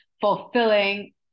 fulfilling